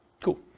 Cool